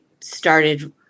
started